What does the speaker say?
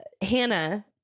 Hannah